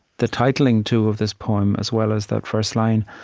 the titling, too, of this poem, as well as that first line,